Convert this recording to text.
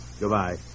Goodbye